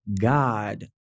God